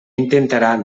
intentarà